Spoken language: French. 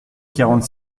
quarante